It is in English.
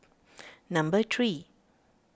number three